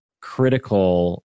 critical